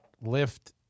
Lift